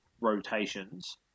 rotations